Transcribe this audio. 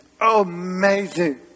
Amazing